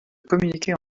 communiquer